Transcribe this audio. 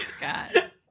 god